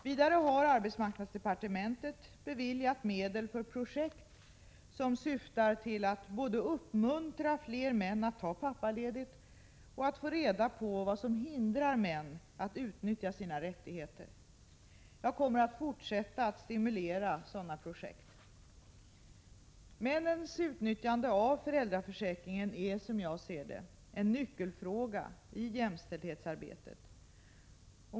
Vidare har arbetsmarknadsdepartementet beviljat medel för projekt som syftar både till att uppmuntra fler män att ta pappaledigt och till att få reda på vad som hindrar män att utnyttja sina rättigheter. Jag kommer att fortsätta att stimulera sådana projekt. Männens utnyttjande av föräldraförsäkringen är, som jag ser det, en nyckelfråga i jämställdhetsarbetet.